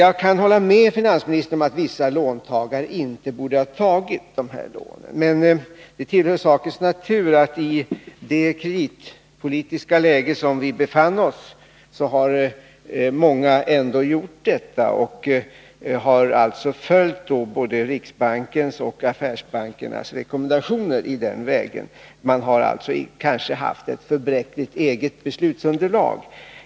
Jag kan hålla med finansministern om att vissa låntagare inte borde ha tagit de här lånen. Men i det kreditpolitiska läge vi befann oss i var det ändå en naturlig utväg för många att ta dessa lån. De har då följt både riksbankens och affärsbankernas rekommendation i den vägen. Kanske har de haft ett alltför bräckligt eget beslutsunderlag.